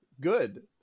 good